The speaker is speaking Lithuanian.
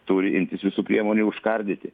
turi imtis visų priemonių užkardyti